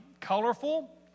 colorful